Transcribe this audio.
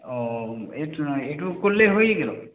ও এটুকু করলেই হয়ে গেল